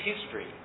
history